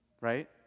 right